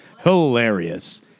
Hilarious